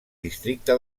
districte